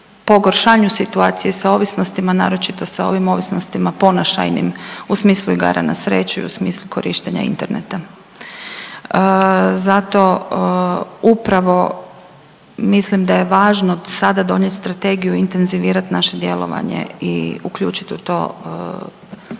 pogoršanju situacije sa ovisnostima, naročito sa ovim ovisnostima ponašajnim u smislu igara na sreću i u smislu korištenja interneta. Zato upravo mislim da je važno sada donijeti Strategiju i intenzivirati naše djelovanje i uključiti u to